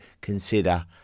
consider